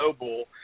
Noble